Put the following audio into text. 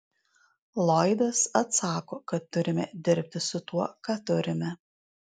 lloydas atsako kad turime dirbti su tuo ką turime